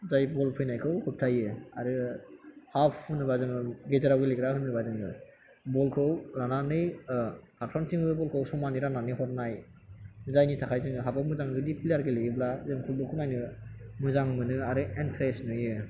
जाय बल फैनायखौ होब्थायो आरो हाफ होनोबा जोङो गेजेराव गेलेग्रा होनोबा जोङो बल खौ लानानै फारफ्रोमथिंबो बल खौ समानै राननानै हरनाय जायनि थाखाय जोङो हाफ आव मोजां जुदि प्लेयार गेलेयोब्ला जों फुटबल खौ नायनो मोजां मोनो आरो इनट्रेस्ट नुयो